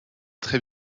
très